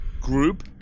group